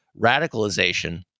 radicalization